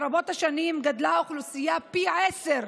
ברבות השנים גדלה האוכלוסייה פי עשרה,